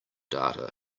data